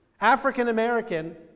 African-American